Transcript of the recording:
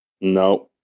no